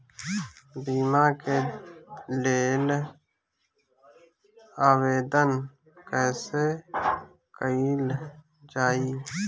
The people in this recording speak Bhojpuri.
बीमा के लेल आवेदन कैसे कयील जाइ?